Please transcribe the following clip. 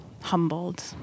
humbled